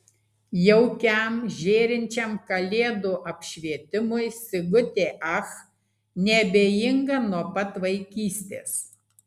jaukiam žėrinčiam kalėdų apšvietimui sigutė ach neabejinga nuo pat vaikystės